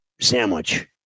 sandwich